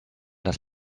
das